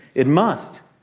it must.